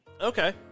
Okay